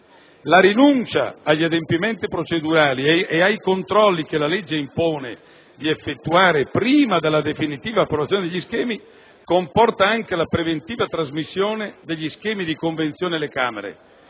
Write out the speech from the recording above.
La rinuncia agli adempimenti procedurali e ai controlli che la legge impone di effettuare prima della definitiva approvazione degli schemi comporta anche la preventiva trasmissione degli schemi di convenzione alle Camere,